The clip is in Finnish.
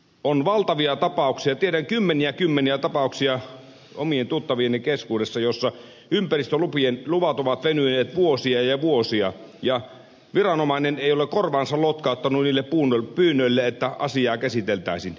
on valtavasti tapauksia tiedän kymmeniä kymmeniä tapauksia omien tuttavieni keskuudessa joissa ympäristöluvat ovat venyneet vuosia ja vuosia ja viranomainen ei ole korvaansa lotkauttanut pyynnöille että asiaa käsiteltäisiin